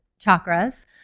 chakras